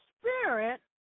spirit